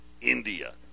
India